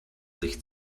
sich